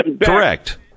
Correct